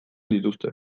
dituzte